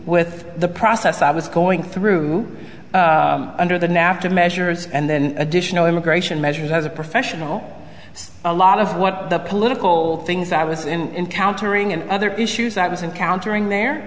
with the process i was going through under the nafta measures and then additional immigration measures as a professional a lot of what the political things i was in countering and other issues i was encountering there